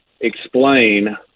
explain